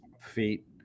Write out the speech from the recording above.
feet